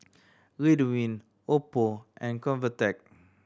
Ridwind oppo and Convatec